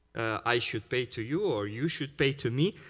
i should pay to you, or you should pay to me,